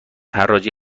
حراجی